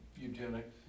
Eugenics